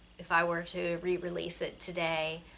if i were to re-release it today.